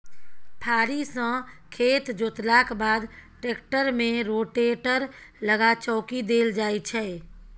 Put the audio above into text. फारी सँ खेत जोतलाक बाद टेक्टर मे रोटेटर लगा चौकी देल जाइ छै